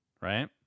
right